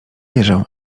wierzę